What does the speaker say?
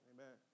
Amen